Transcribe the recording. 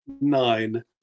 Nine